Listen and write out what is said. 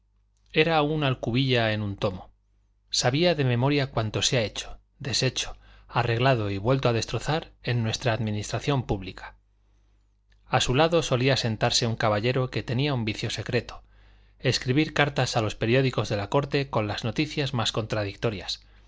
era un alcubilla en un tomo sabía de memoria cuanto se ha hecho deshecho arreglado y vuelto a destrozar en nuestra administración pública a su lado solía sentarse un caballero que tenía un vicio secreto escribir cartas a los periódicos de la corte con las noticias más contradictorias